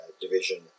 division